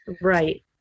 right